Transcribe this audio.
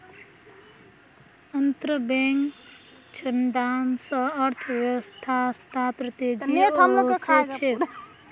अंतरबैंक ऋणदान स अर्थव्यवस्थात तेजी ओसे छेक